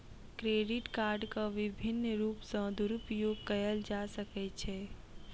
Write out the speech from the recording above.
credit कार्डक विभिन्न रूप सॅ दुरूपयोग कयल जा सकै छै